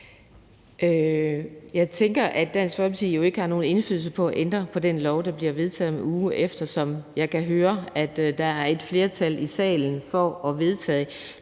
Jeg tænker, at Dansk Folkeparti jo ikke har nogen indflydelse i forhold til at ændre på den lov, der bliver vedtaget om en uge, eftersom jeg kan høre, at der er et flertal i salen for at vedtage